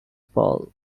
paul